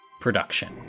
production